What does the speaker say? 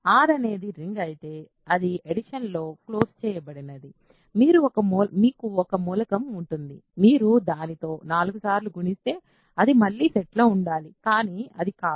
R అనేది ring అయితే అది అడిషన్ లో క్లోజ్ చేయబడినది మీకు ఒక మూలకం ఉంటుంది మీరు దానితో 4 సార్లు గుణిస్తే అది మళ్లీ సెట్లో ఉండాలి కానీ అది కాదు